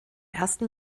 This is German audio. ersten